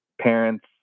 parents